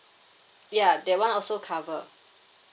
ya that [one] also cover